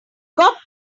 got